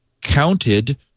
counted